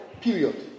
period